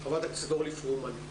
חברת הכנסת אורלי פרומן.